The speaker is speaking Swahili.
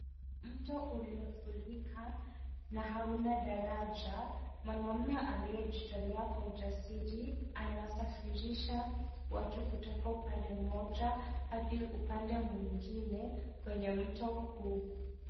Mto uliofurika na hauna daraja, mwanamme aliyejitolea kwa uijasiri, anawasafirisha watu kutoka kwa upande mmoja hadi upande mwingine kwenye mto huu.